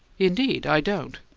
indeed, i don't.